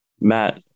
Matt